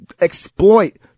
exploit